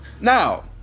Now